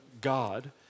God